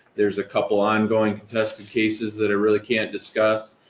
there's a couple ongoing contested cases that i really can't discuss.